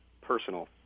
personal